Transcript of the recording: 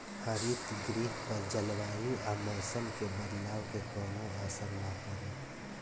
हरितगृह पर जलवायु आ मौसम के बदलाव के कवनो असर ना पड़े